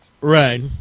Right